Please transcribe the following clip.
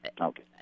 Okay